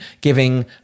giving